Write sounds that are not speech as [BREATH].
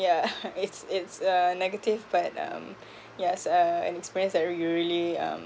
yeah [LAUGHS] it's it's a negative but um [BREATH] yeah it's a an experience that you will really um